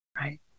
Right